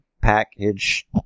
package